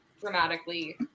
dramatically